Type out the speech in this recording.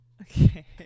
Okay